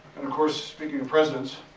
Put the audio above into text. of course speaking of presidents,